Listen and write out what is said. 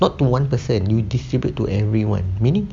not to one person you distribute to everyone meaning